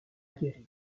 guérir